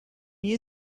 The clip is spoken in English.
you